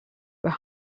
were